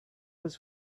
was